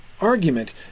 argument